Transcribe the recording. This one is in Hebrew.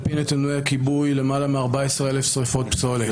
על-פי נתוני הכיבוי, למעלה מ-14,000 שריפות פסולת.